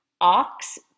Ox